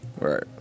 Right